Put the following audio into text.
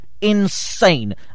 Insane